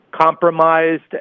compromised